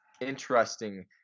interesting